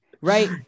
Right